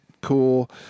cool